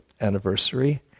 anniversary